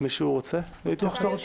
מישהו רוצה להתייחס?